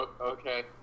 okay